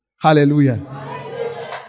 Hallelujah